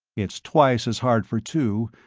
it's twice as hard for two,